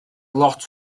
lot